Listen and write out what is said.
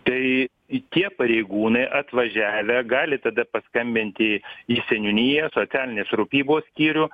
tai į tie pareigūnai atvažiavę gali tada paskambinti į seniūniją socialinės rūpybos skyrių